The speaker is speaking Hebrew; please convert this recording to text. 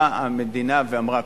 באה המדינה ואמרה,